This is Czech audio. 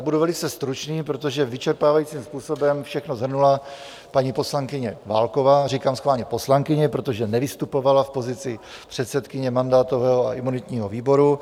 Budu velice stručný, protože vyčerpávajícím způsobem všechno shrnula paní poslankyně Válková, a říkám schválně poslankyně, protože nevystupovala v pozici předsedkyně mandátového a imunitního výboru.